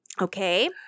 Okay